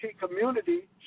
community